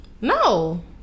No